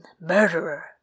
Murderer